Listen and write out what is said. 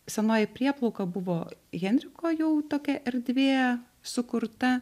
senoji prieplauka buvo henriko jau tokia erdvė sukurta